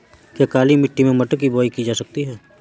क्या काली मिट्टी में मटर की बुआई की जा सकती है?